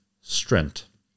strength